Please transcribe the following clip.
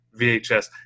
VHS